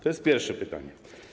To jest pierwsze pytanie.